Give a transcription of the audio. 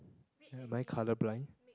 am I colour blind